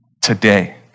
today